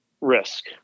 risk